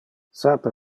sape